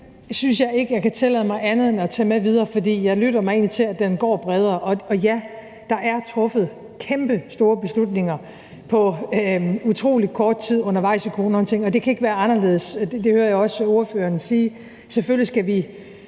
synes jeg ikke jeg kan tillade mig andet end at tage med videre, for jeg lytter mig egentlig til, at den går bredere. Og ja, der er truffet kæmpestore beslutninger på utrolig kort tid undervejs i forbindelse med coronahåndteringen, og det kan ikke være anderledes; det hører jeg også ordføreren sige. Selvfølgelig skal vi,